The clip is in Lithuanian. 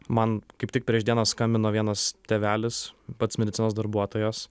man kaip tik prieš dieną skambino vienas tėvelis pats medicinos darbuotojas